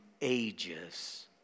ages